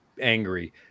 angry